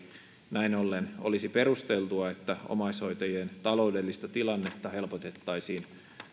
näin ollen olisi perusteltua että omaishoitajien taloudellista tilannetta helpotettaisiin